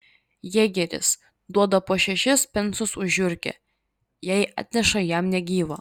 jėgeris duoda po šešis pensus už žiurkę jei atneša jam negyvą